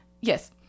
Yes